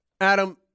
Adam